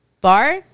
Bar